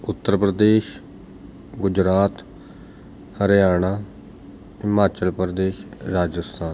Uttar Pradesh Gujarat Haryana Himachal Pradesh Rajasthan